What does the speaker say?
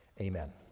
Amen